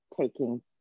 taking